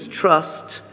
trust